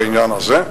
בעניין הזה.